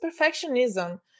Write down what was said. perfectionism